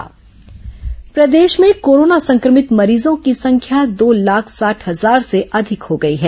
corona समाचार जागरूकता प्रदेश में कोरोना संक्रमित मरीजों की संख्या दो लाख साठ हजार से अधिक हो गई है